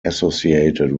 associated